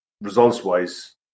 results-wise